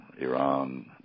Iran